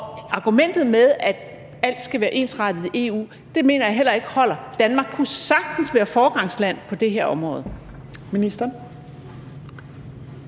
og argumentet med, at alt skal være ensrettet i EU, mener jeg heller ikke holder. Danmark kunne sagtens være foregangsland på det her område.